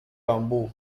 bambú